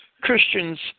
Christians